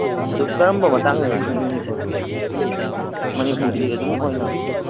ꯑꯗꯨ ꯀꯔꯝꯕ ꯃꯇꯥꯡꯗꯅꯣ ꯈꯪꯅꯤꯡꯉꯤꯁꯦ ꯃꯅꯤꯄꯨꯔꯒꯤ ꯑꯗꯨꯝ ꯑꯣꯏꯅ